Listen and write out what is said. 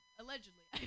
allegedly